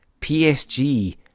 PSG